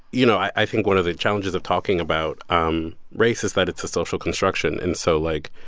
you know, i think one of the challenges of talking about um race is that it's a social construction. and so, like,